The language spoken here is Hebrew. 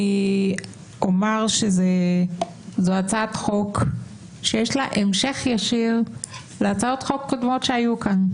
אני אומר שזאת הצעת חוק שהיא המשך ישיר להצעות חוק קודמות שהיו כאן,